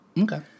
Okay